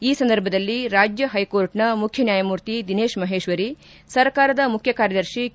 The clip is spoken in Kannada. ಈ ಸಂದರ್ಭದಲ್ಲಿ ರಾಜ್ಯ ಹೈಕೋರ್ಟ್ನ ಮುಖ್ಯ ನ್ಯಾಯಮೂರ್ತಿ ದಿನೇಶ್ ಮಹೇಶ್ವರಿ ಸರ್ಕಾರದ ಮುಖ್ಯ ಕಾರ್ಯದರ್ಶಿ ಕೆ